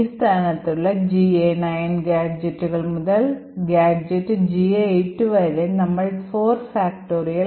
ഈ സ്ഥാനത്തുള്ള GA9 ഗാഡ്ജെറ്റുകൾ മുതൽ ഗാഡ്ജെറ്റ് GA8 വരെ നമ്മൾ 4